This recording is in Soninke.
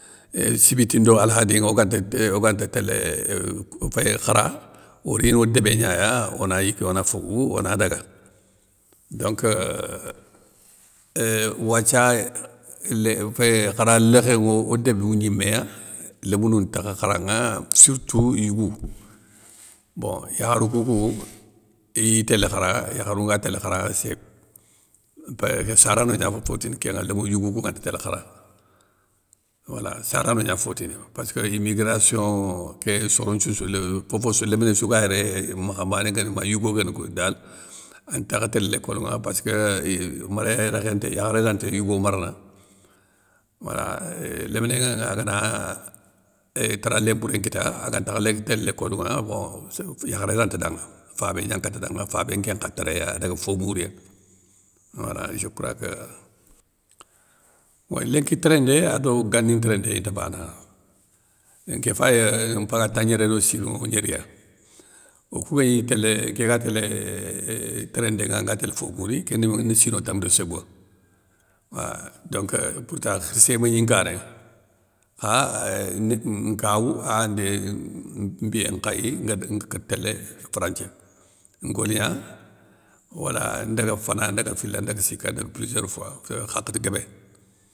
Euuuh sibiti ndo alkhadinŋa oga nte té oganta télé euuh kou féy khara, orino débégnaya ona yigué ona fogou, ona dagadonc éuuuh wathia lé féyé khara lékhé nŋo débou gniméya lémounou ntakha kharanŋa sourtou yougou kou, bon yakharou kou kou iye télé khara, yakharou nga télé khara sépp, pé ké sarano gna fotini kénŋa yigou kou ganti télé khara, wala sarano gna fotini pésskeu immigration ké soron nthioussou le fofossou léminé sou ga yéré makhanbané guéni ma yigo guéni ko dal, antakha télé lécolé ŋa passkeu iyeuu méré rékhé ntéy, yakharé ranta yigo marana wala. Léminé agana tara lémbouré nkita agantakha linki télé lécole ŋa bon sa yakharé ranta danŋa, fabé gnan nkata danŋa fabé nkén nkha téré adaga fo mouriya wala je crois que. Wey lénki téréndé ado gani ntéréndé inta bana, nké fay mpaga tangnéré do sino gnéri ya, okou guégni télé, nké ga télé euuh téréndé ŋa, nga télé fo mouri, kén ndi ma ne sino tamou do ségouwa, ahh donc pourta khirssé mégnin nkané, kha ndi kawou, a aandi mbiyé nkhayi ngue de nga kate télé, franthiya, ngoligna, wala ndaga fana ndaga fila ndaga sika, ndaga plusieurs fois kén hakhati guébé.